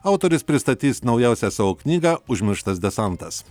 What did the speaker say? autorius pristatys naujausią savo knygą užmirštas desantas